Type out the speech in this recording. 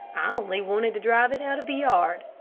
i only wanted to drive it out of the yard.